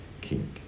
king